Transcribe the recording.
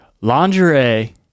Lingerie